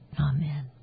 Amen